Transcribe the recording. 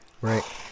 Right